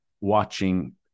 watching